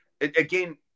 Again